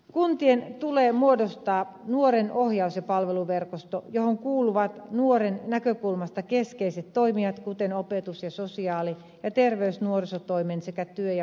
kuntien tulee muodostaa nuoren ohjaus ja palveluverkosto johon kuuluvat nuoren näkökulmasta keskeiset toimijat kuten opetus sosiaali ja terveys ja nuorisotoimen sekä työ ja poliisihallinnon edustajat